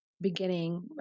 beginning